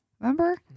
Remember